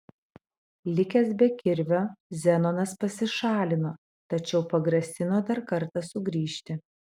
likęs be kirvio zenonas pasišalino tačiau pagrasino dar kartą sugrįžti